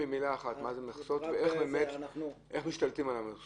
במילה אחת, מה זה מכסות ואיך משתלטים על המכסות?